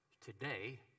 today